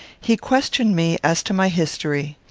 he questioned me as to my history.